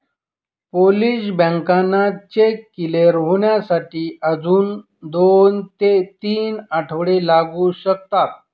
Polish बँकांना cheque clear होण्यासाठी अजून दोन ते तीन आठवडे लागू शकतात